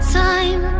time